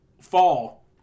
fall